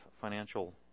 financial